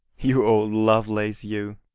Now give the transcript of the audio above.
you old lovelace, you!